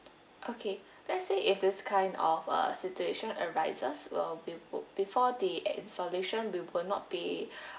okay let's say if this kind of uh situation arises we'll put before the uh solution we will not be